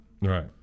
Right